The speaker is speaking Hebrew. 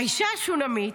האישה השונמית,